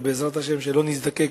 ובעזרת השם שלא נזדקק